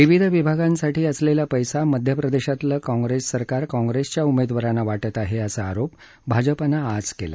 विविध विभागांसाठी असलेला पैसा मध्यप्रदेशातले काँग्रेस सरकार काँग्रेसच्या उमेदवारांना वाटत आहे असा आरोप भाजपानं आज केला